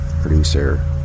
producer